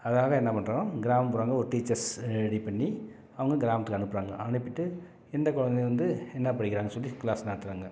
அதனால் என்ன பண்றோம் கிராமப்புறங்க ஒரு டீச்சர்ஸ் ரெடி பண்ணி அவங்க கிராமத்துக்கு அனுப்புகிறாங்க அனுப்பிட்டு எந்த குழந்தை வந்து என்ன படிக்கிறாங்கன்னு சொல்லி க்ளாஸ் நடத்துகிறாங்க